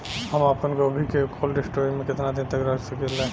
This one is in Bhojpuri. हम आपनगोभि के कोल्ड स्टोरेजऽ में केतना दिन तक रख सकिले?